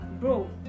bro